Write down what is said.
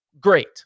Great